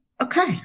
okay